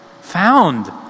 found